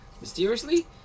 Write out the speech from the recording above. mysteriously